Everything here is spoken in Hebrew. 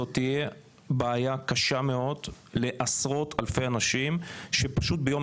זו תהיה בעיה קשה מאוד לעשרות אלפי אנשים שנשארים ביום